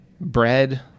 bread